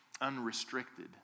unrestricted